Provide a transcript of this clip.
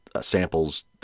samples